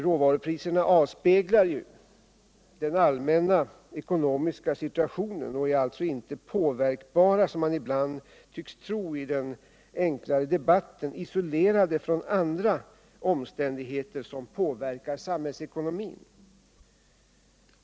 Råvarupriserna avspeglar den allmänna ekonomiska situationen och är alltså inte, som man ibland tycks tro i den enklare debatten, påverkbara isolerade från andra omständigheter som påverkar samhällsekonomin.